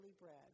bread